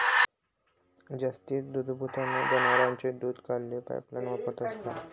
जास्तीना दूधदुभता जनावरेस्नं दूध काढाले पाइपलाइन वापरतंस का?